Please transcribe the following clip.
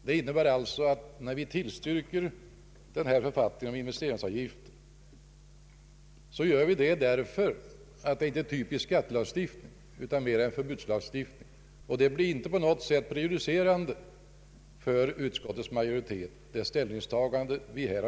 Det innebär alltså att när vi nu tillstyrker författningen om investeringsavgiften så gör vi det därför att den inte är en typisk skattelag stiftning utan en förbudslagstiftning, och det ställningstagandet blir inte på något sätt prejudicerande för utskottets majoritet.